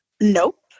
Nope